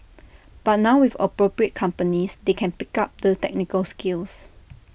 but now with appropriate companies they can pick up the technical skills